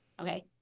Okay